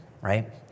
right